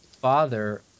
father